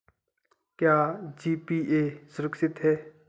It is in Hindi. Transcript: क्या जी.पी.ए सुरक्षित है?